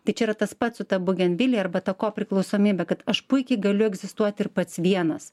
tai čia yra tas pat su ta bugenvili arba ta kopriklausomybe kad aš puikiai galiu egzistuoti ir pats vienas